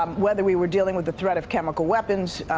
um whether we were dealing with the threat of chemical weapons,